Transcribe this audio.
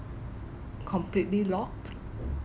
completely locked